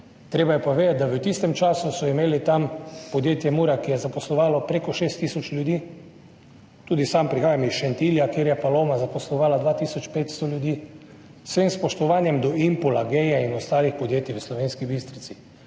Treba je pa vedeti, da so imeli v tistem času tam podjetje Mura, ki je zaposlovalo preko šest tisoč ljudi. Tudi sam prihajam iz Šentilja, kjer je Paloma zaposlovala dva tisoč 500 ljudi, z vsem spoštovanjem do Impola, Gee in ostalih podjetij v Slovenski Bistrici.